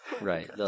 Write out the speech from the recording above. right